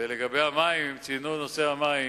ולגבי המים, אם ציינו את נושא המים,